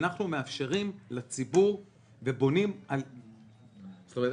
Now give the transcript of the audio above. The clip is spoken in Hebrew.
זאת אומרת,